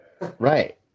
Right